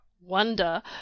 wonder